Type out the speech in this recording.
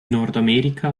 nordamerika